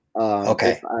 Okay